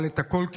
אבל הכול,